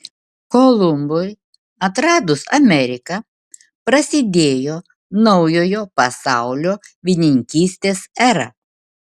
kolumbui atradus ameriką prasidėjo naujojo pasaulio vynininkystės era